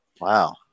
Wow